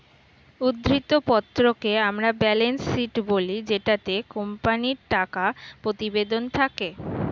উদ্ধৃত্ত পত্রকে আমরা ব্যালেন্স শীট বলি জেটাতে কোম্পানির টাকা প্রতিবেদন থাকে